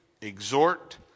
exhort